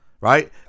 right